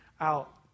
out